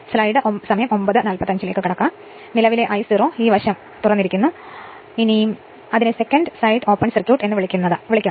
ഇതാണ് നിലവിലെ I0 ഈ വശം തുറന്നിരിക്കുന്നു അതിനെ സെക്കൻഡ് സൈഡ് ഓപ്പൺ സർക്യൂട്ട് എന്ന് വിളിക്കുന്നതിനെ വിളിക്കുക